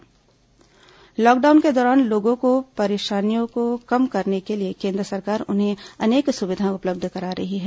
केन्द्र जन धन योजना लॉकडाउन के दौरान लोगों की परेशानियों को कम करने के लिए केन्द्र सरकार उन्हें अनेक सुविधाएं उपलब्ध करा रही हैं